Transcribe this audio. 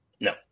No